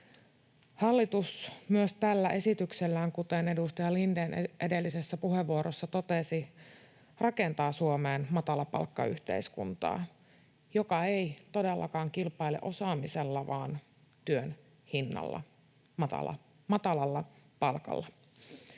Hallitus myös tällä esityksellään, kuten edustaja Lindén edellisessä puheenvuorossa totesi, rakentaa Suomeen matalapalkkayhteiskuntaa, joka ei todellakaan kilpaile osaamisella vaan työn hinnalla, matalalla palkalla.